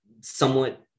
somewhat